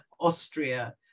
Austria